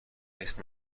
اسم